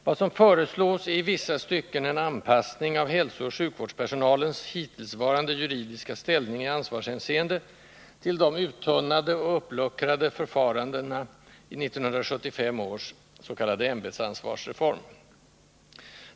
Vad som föreslås är i vissa stycken en anpassning av hälsooch sjukvårdspersonalens hittillsvarande juridiska ställning i ansvarshänseende till de uttunnade och uppluckrade förfarandena i 1975 års s.k. ämbetsansvarsreform.